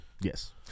Yes